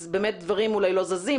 אז באמת דברים אולי לא זזים.